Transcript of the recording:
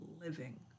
living